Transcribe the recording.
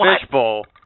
fishbowl